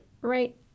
right